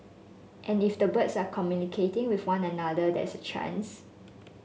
and if the birds are communicating with one another there's a chance